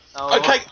Okay